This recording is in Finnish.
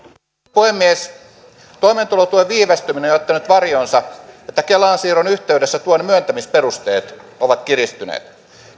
puhemies toimeentulotuen viivästyminen on jättänyt varjoonsa sen että kelaan siirron yhteydessä tuen myöntämisperusteet ovat kiristyneet